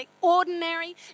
ordinary